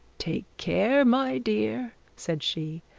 take care, my dear said she,